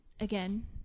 Again